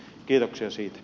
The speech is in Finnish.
kiitoksia siitä